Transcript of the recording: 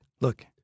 look